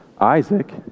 Isaac